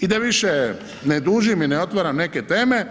I da više ne dužim i ne otvaram neke teme,